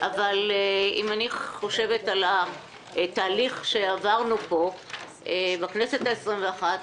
אבל אם אני חושבת על התהליך שעברנו פה בכנסת העשרים ואחת,